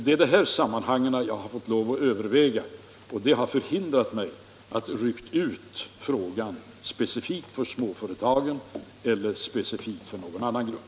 Det är detta sammanhang jag fått lov att överväga, och det har förhindrat mig att rycka ut frågan och behandla den specifikt för småföretagen eller någon annan grupp.